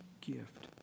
gift